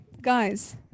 guys